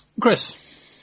Chris